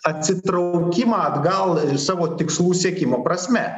atsitraukimą atgal savo tikslų siekimo prasme